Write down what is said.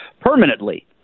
permanently